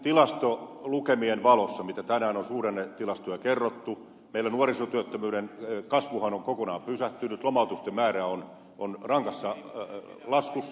näiden tilastolukemien valossa mitä tänään on suhdannetilastoja kerrottu meillä nuorisotyöttömyyden kasvuhan on kokonaan pysähtynyt lomautusten määrä on rankassa laskussa